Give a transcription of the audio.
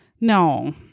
No